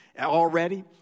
already